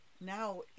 now